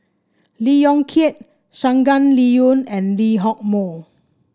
Lee Yong Kiat Shangguan Liuyun and Lee Hock Moh